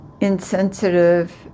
insensitive